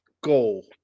goal